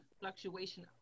fluctuation